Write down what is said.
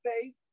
faith